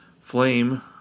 flame